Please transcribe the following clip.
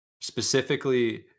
specifically